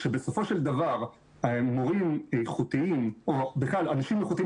כשבסופו של דבר מורים איכותיים או בכלל אנשים איכותיים